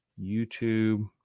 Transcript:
YouTube